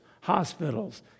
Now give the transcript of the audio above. hospitals